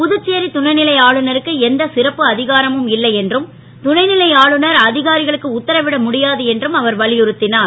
புதுச்சேரி துணை லை ஆளுநருக்கு எந்த சிறப்பு அ காரமும் இல்லை என்றும் துணை லை ஆளுநர் அ காரிகளுக்கு உத்தரவிட முடியாது என்றும் அவர் வலியுறுத் னார்